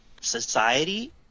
society